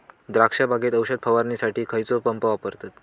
द्राक्ष बागेत औषध फवारणीसाठी खैयचो पंप वापरतत?